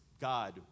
God